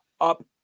up